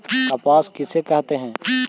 कपास किसे कहते हैं?